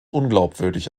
unglaubwürdig